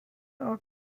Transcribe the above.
are